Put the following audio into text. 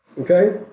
Okay